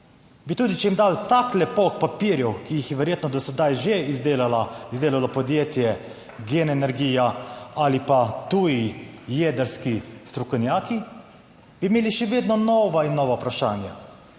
bi tudi, če jim dali takle pok papirjev, ki jih je verjetno do sedaj že izdelala, izdelalo podjetje GEN Energija ali pa tuji jedrski strokovnjaki, bi imeli še vedno nova in nova vprašanja.